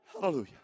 Hallelujah